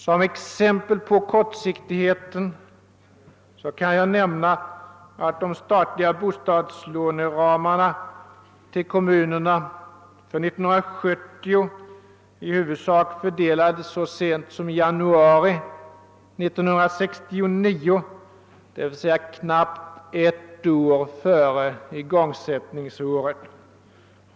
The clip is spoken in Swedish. Som exempel på kortsiktigheten kan jag nämna att de statliga bostadslåneramarna till kommunerna för 1970 i huvudsak fördelades så sent som i januari 1969, d. v. s. knappt ett år före igångsättningsåret.